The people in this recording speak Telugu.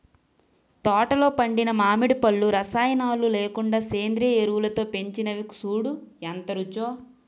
తోటలో పండిన మావిడి పళ్ళు రసాయనాలు లేకుండా సేంద్రియ ఎరువులతో పెంచినవి సూడూ ఎంత రుచో